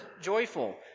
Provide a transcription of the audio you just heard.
joyful